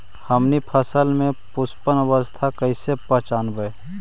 हमनी फसल में पुष्पन अवस्था कईसे पहचनबई?